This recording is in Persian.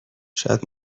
شاید